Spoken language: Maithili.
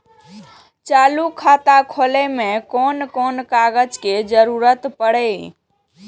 चालु खाता खोलय में कोन कोन कागज के जरूरी परैय?